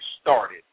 started